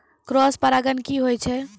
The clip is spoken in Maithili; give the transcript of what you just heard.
क्रॉस परागण की होय छै?